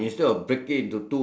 circle the whole thing ah